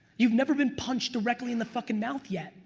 you've never been punched directly in the fuckin' mouth yet.